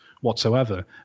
whatsoever